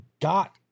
got